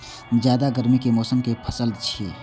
जायद गर्मी के मौसम के पसल छियै